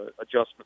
adjustment